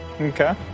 Okay